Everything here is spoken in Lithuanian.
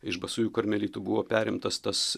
iš basųjų karmelitų buvo perimtas tas